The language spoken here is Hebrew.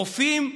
הרופאים.